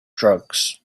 drugs